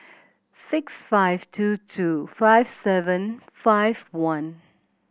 six five two two five seven five one